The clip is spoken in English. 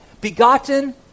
begotten